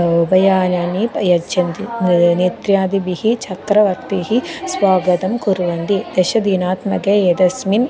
उपायानानि यच्छन्ति नेत्रादिभिः चक्रवर्तिः स्वागतं कुर्वन्ति दशदिनात्मके एतस्मिन्